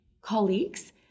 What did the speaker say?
colleagues